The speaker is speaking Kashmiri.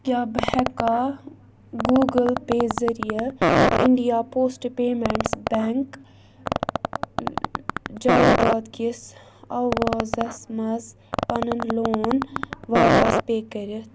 کیٛاہ بہٕ ہٮ۪کٕھا گوٗگُل پیٚے ذٔریعہِ اِنٛڈیا پوسٹ پیمٮ۪نٛٹس بیٚنٛک جایداد کِس آوازَس منٛز پَنُن لون واپس پیٚے کٔرِتھ